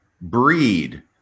breed